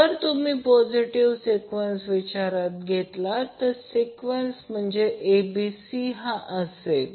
जर तुम्ही positive sequence विचारात घेतला तर सिक्वेन्स म्हणजेच A B C असेल